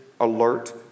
alert